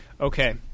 Okay